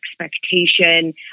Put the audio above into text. expectation